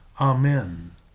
amen